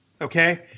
Okay